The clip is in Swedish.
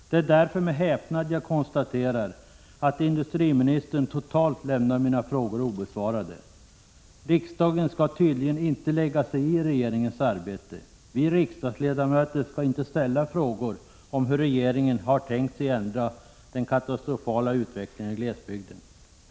Det är därför med häpnad jag konstaterar att industriministern totalt lämnar mina frågor obesvarade. Riksdagen skall tydligen inte lägga sig i regeringens arbete. Vi riksdagsledamöter skall inte ställa frågor om hur regeringen har tänkt sig ändra den katastrofala utvecklingen i glesbygden.